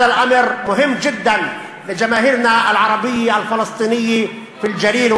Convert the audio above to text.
דבר זה חשוב מאוד לציבור הערבי-פלסטיני שלנו בגליל,